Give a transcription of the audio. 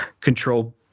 control